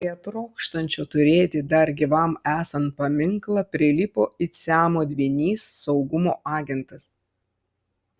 prie trokštančio turėti dar gyvam esant paminklą prilipo it siamo dvynys saugumo agentas